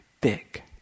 big